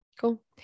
Cool